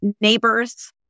neighbors